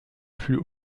plus